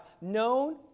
known